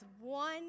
one